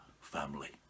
family